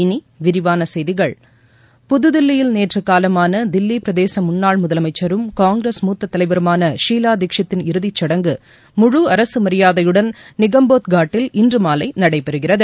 இனி விரிவான செய்திகள் புதுதில்லியில் நேற்று காலமான தில்லி பிரதேச முன்னாள் முதலமைச்சரும் காங்கிரஸ் மூத்த தலைவருமான ஷீலா தீட்ஷீத் தின் இறுதிச்சடங்கு முழு அரசு மரியாதையுடன் நிகம்போத் காட்டில் இன்று மாலை நடைபெறுகிறது